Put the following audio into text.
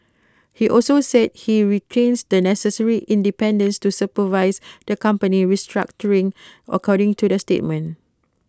he also said he retains the necessary independence to supervise the company's restructuring according to the statement